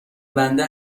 بنده